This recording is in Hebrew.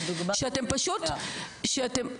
הוא שאתם פשוט --- ירידה.